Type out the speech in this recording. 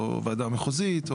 או ועדה מחוזית,